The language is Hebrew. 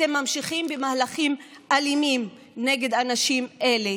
אתם ממשיכים במהלכים אלימים נגד אנשים אלה,